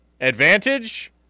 advantage